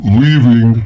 leaving